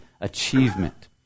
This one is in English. achievement